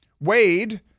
Wade